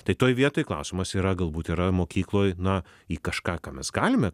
tai toj vietoj klausimas yra galbūt yra mokykloj na į kažką ką mes galime